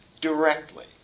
directly